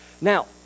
Now